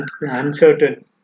Uncertain